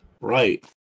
right